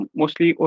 mostly